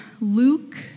Luke